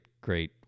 great